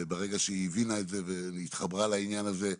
ברגע שהיא הבינה את זה, התחברה לעניין הזה.